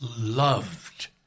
loved